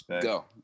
Go